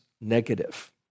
negative